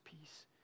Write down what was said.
peace